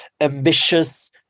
ambitious